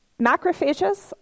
Macrophages